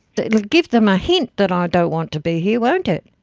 it'll give them a hint that i don't want to be here, won't it.